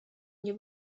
nie